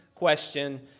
question